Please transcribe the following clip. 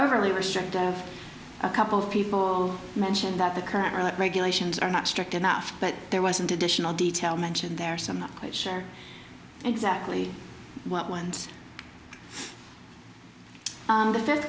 overly restrictive a couple of people mentioned that the current regulations are not strict enough but there wasn't additional detail mentioned there some not quite sure exactly what ones the fifth